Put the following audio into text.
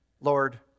Lord